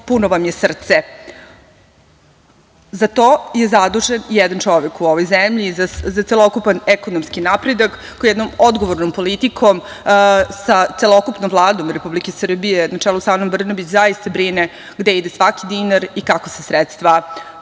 puno vam je srce. Za to je zadužen jedan čovek u ovoj zemlji, za celokupan ekonomski napredak koji jednom odgovornom politikom sa celokupnom Vladom Republike Srbije na čelu sa Anom Brnabić zaista brine gde ide svaki dinar i kako se sredstva